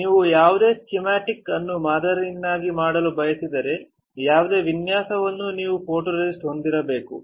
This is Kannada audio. ನೀವು ಯಾವುದೇ ಸ್ಕೀಮ್ಯಾಟಿಕ್ ಅನ್ನು ಮಾದರಿಯನ್ನಾಗಿ ಮಾಡಲು ಬಯಸಿದರೆ ಯಾವುದೇ ವಿನ್ಯಾಸವನ್ನು ನೀವು ಫೋಟೊರೆಸಿಸ್ಟ್ ಹೊಂದಿರಬೇಕು